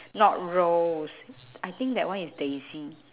not rose I think that one is daisy